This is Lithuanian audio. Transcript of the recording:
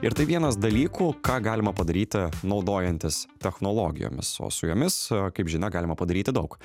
ir tai vienas dalykų ką galima padaryti naudojantis technologijomis o su jomis kaip žinia galima padaryti daug